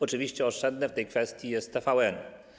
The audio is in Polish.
Oczywiście oszczędny w tej kwestii jest TVN.